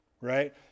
right